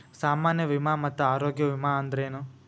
ಸಾಮಾನ್ಯ ವಿಮಾ ಮತ್ತ ಆರೋಗ್ಯ ವಿಮಾ ಅಂದ್ರೇನು?